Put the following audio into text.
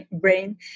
brain